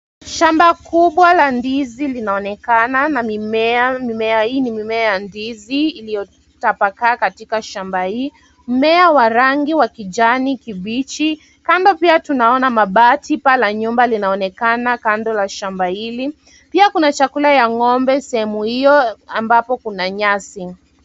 Shamba kubwa la ndizi linaonekana na mimea. Mimea hii ni mimea ya ndizi iliyotapakaa katika shamba hii. Mmea wa rangi wa kijani kibichi. Kando pia tunaona mabati, paa la nyumba linaonekana kando na shamba hili. Pia kuna chakula ya ng'ombe sehemu hiyo ambapo kuna nyasi.